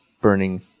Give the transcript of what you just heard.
burning